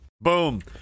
Boom